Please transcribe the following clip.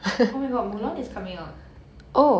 oh my god mulan is coming out